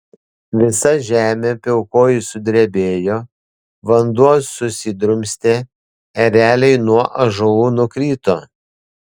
visa žemė pilkoji sudrebėjo vanduo susidrumstė ereliai nuo ąžuolų nukrito